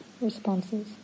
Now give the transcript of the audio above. responses